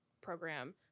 program